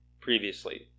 previously